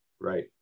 Right